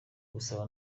gusaba